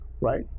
right